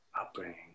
Upbringing